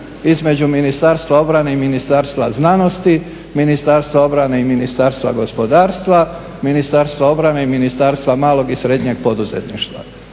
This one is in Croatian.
između Ministarstva obrane i Ministarstva znanosti, Ministarstva obrane i Ministarstva gospodarstva, Ministarstva obrane i Ministarstva malog i srednjeg poduzetništva.